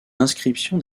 inscriptions